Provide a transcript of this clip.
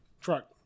truck